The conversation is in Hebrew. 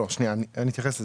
אני אתייחס לזה.